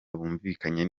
bumvikanyeho